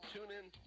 TuneIn